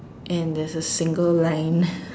and there's a single line